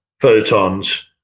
photons